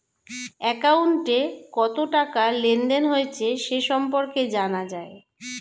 অ্যাকাউন্টে কত টাকা লেনদেন হয়েছে সে সম্পর্কে জানা যায়